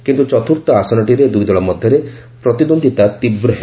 କିନ୍ତୁ ଚତୁର୍ଥ ଆସନଟିରେ ଦୁଇ ଦଳ ମଧ୍ୟରେ ପ୍ରତିଦ୍ୱନ୍ଦ୍ୱିତା ତୀବ୍ର ହେବ